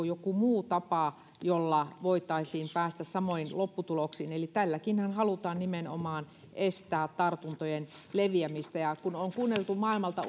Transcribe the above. joku muu tapa jolla voitaisiin päästä samoihin lopputuloksiin eli tälläkin halutaan nimenomaan estää tartuntojen leviämistä kun on kuunneltu maailmalta